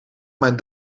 mijn